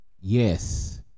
Yes